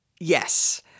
Yes